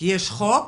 יש חוק,